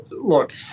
look